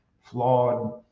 flawed